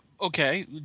Okay